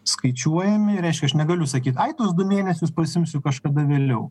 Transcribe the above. skaičiuojami reiškia aš negaliu sakyt ai tuos du mėnesius pasiimsiu kažkada vėliau